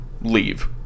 leave